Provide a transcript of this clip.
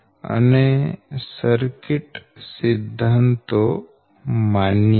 અને સર્કિટ સિદ્ધાંતો માન્ય છે